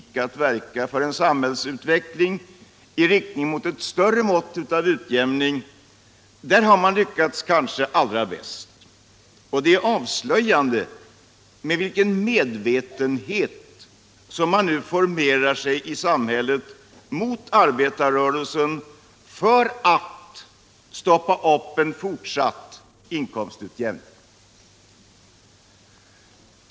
nämligen att verka för en samhällsutveckling i riktning mot ett större mått av ekonomisk utjämning och jämlikhet.